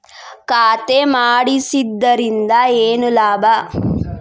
ಖಾತೆ ಮಾಡಿಸಿದ್ದರಿಂದ ಏನು ಲಾಭ?